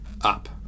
up